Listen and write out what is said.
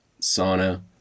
sauna